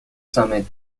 summit